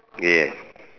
yes